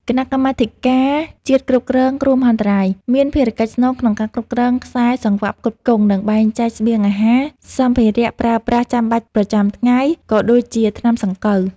គណៈកម្មាធិការជាតិគ្រប់គ្រងគ្រោះមហន្តរាយមានភារកិច្ចស្នូលក្នុងការគ្រប់គ្រងខ្សែសង្វាក់ផ្គត់ផ្គង់ និងបែងចែកស្បៀងអាហារ សម្ភារៈប្រើប្រាស់ចាំបាច់ប្រចាំថ្ងៃ ក៏ដូចជាថ្នាំសង្កូវ។